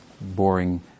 boring